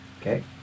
Okay